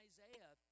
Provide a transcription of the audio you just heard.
Isaiah